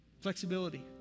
Flexibility